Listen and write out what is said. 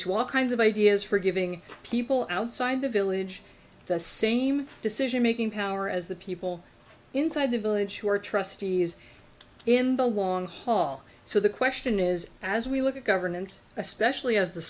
to all kinds of ideas for giving people outside the village the same decision making power as the people inside the village who are trustees in the long haul so the question is as we look at governance especially as the